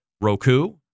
Roku